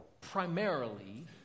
primarily